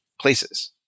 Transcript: places